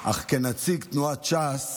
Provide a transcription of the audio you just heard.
אך כנציג תנועת ש"ס